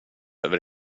över